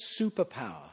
superpower